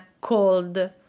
cold